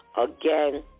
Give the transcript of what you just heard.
again